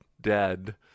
dead